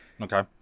Okay